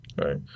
Right